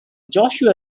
joshua